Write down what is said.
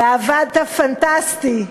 ועבדת פנטסטי,